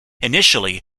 initially